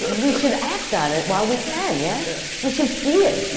and we should act on it while we can, yes? we should see it.